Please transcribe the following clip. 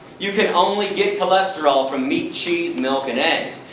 you can only get cholesterol from meat, cheese, milk and eggs.